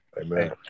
Amen